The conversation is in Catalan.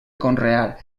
conrear